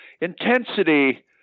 intensity